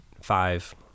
five